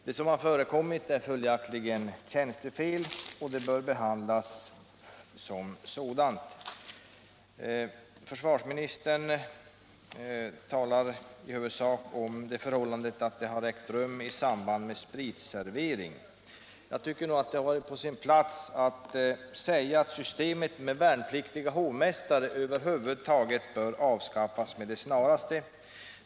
Det som förekommit är följaktligen tjänstefel, så det bör behandlas som sådant. Försvarsministern talar i huvudsak om det förhållandet att värnpliktiga har fått syssla med spritservering. Jag tycker nog att det hade varit på sin plats att säga att systemet med värnpliktiga hovmästare över huvud taget bör avskaffas med det snaraste.